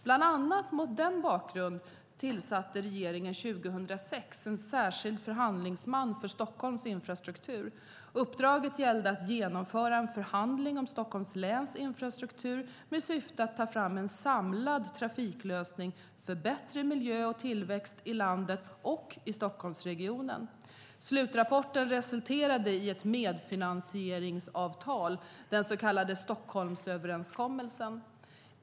Bland annat mot denna bakgrund tillsatte regeringen 2006 en särskild förhandlingsman för Stockholms infrastruktur. Uppdraget gällde att genomföra en förhandling om Stockholms läns infrastruktur med syfte att ta fram en samlad trafiklösning för bättre miljö och tillväxt i landet och i Stockholmsregionen. Slutrapporten resulterade i ett medfinansieringsavtal, den så kallade Stockholmsöverenskommelsen.